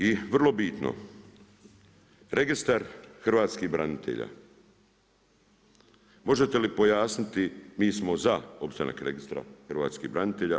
I vrlo bitno, Registar hrvatskih branitelja, možete li pojasniti, mi smo za opstanak Registra hrvatskih branitelja.